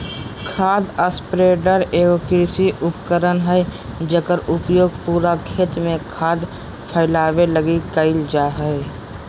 खाद स्प्रेडर एगो कृषि उपकरण हइ जेकर उपयोग पूरा खेत में खाद फैलावे लगी कईल जा हइ